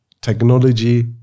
technology